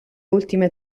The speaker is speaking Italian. ultime